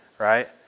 Right